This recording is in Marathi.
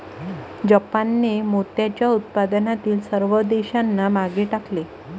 जापानने मोत्याच्या उत्पादनातील सर्व देशांना मागे टाकले